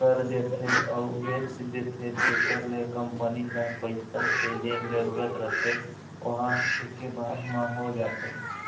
कर देथे अउ बेच देथे तेखर ले कंपनी ल पइसा के जेन जरुरत रहिथे ओहा ऐके बार म हो जाथे